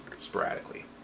sporadically